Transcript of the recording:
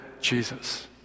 Jesus